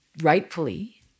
rightfully